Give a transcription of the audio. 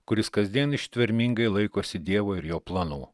kuris kasdien ištvermingai laikosi dievo ir jo planų